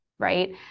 Right